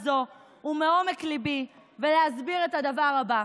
זו ומעומק ליבי ולהסביר את הדבר הבא.